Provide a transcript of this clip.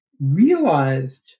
realized